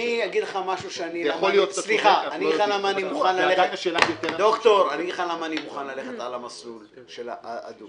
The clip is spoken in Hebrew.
אני אגיד לך למה אני מוכן ללכת על המסלול של ה- --,